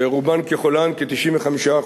ורובן ככולן, כ-95%,